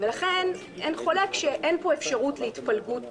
ולכן אין חולק שאין פה אפשרות להתפלגות